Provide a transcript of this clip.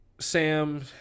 sam